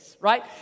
right